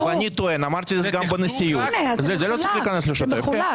אני טוען שזה לא צריך להיכנס לשוטף.